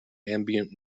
ambient